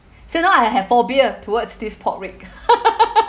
so now I have phobia towards this pork rib